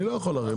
אני לא יכול הרי.